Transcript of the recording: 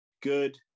good